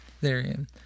therein